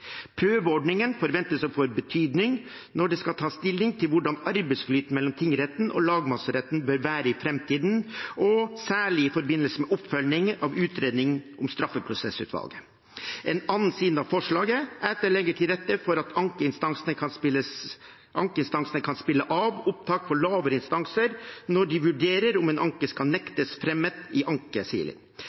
Prøveordningen forventes å få betydning når det skal tas stilling til hvordan arbeidsflyten mellom tingretten og lagmannsretten bør være i framtiden, særlig i forbindelse med oppfølging av utredningen om straffeprosessutvalget. En annen side av forslaget er at det legger til rette for at ankeinstansene kan spille av opptak fra lavere instanser når de vurderer om en anke skal nektes fremmet i